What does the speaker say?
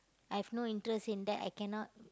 I've no interest in that I cannot